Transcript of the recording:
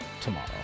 tomorrow